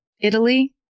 Italy